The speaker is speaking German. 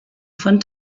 von